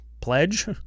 pledge